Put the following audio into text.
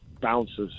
bounces